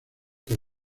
que